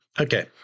Okay